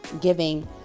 giving